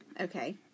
Okay